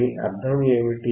దీ అర్థం ఏమిటి